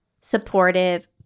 supportive